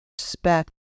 respect